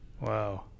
wow